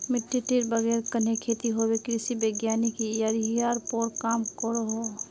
मिटटीर बगैर कन्हे खेती होबे कृषि वैज्ञानिक यहिरार पोर काम करोह